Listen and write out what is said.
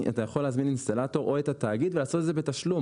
אתה יכול להזמין אינסטלטור או את התאגיד ולעשות את זה בתשלום.